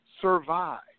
survive